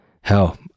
Hell